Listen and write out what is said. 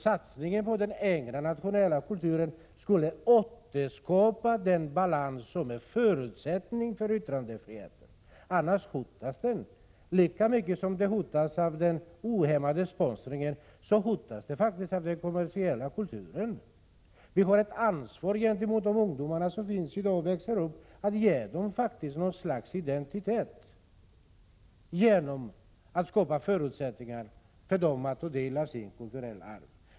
Satsningen på den egna nationella kulturen skall alltså återskapa den balans som är en förutsättning för yttrandefriheten. Annars hotas denna. Yttrandefriheten hotas faktiskt lika mycket av den ohämmade sponsringen som av den kommersiella kulturen. Vi har faktiskt ett ansvar för att de ungdomar som i dag växer upp får ett slags identitet. Det gäller alltså att skapa förutsättningar för dem att ta del av sitt kulturella arv.